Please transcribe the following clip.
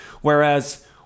Whereas